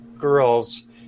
girls